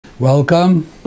Welcome